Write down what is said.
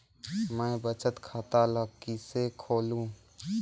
मैं बचत खाता ल किसे खोलूं?